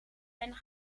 ben